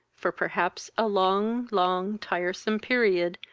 for perhaps a long long tiresome period,